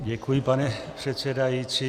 Děkuji, pane předsedající.